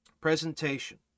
presentation